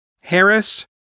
Harris